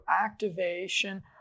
activation